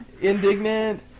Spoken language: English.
indignant